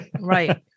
Right